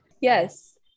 Yes